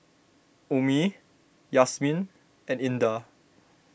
Ummi Yasmin and Indah